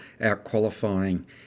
out-qualifying